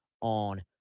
on